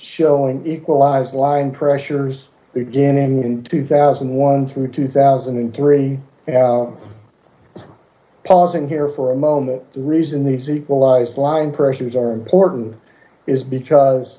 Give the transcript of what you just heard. showing equalized line pressures beginning in two thousand and one through two thousand and three pausing here for a moment the reason these equalized line pressures are important is because